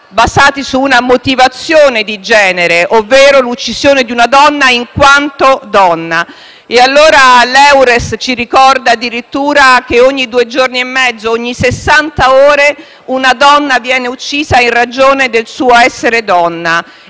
basati su una motivazione di genere, ovvero l'uccisione di una donna in quanto donna. L'Eures ci ricorda addirittura che ogni due giorni e mezzo, ogni sessanta ore, una donna viene uccisa in ragione del suo essere donna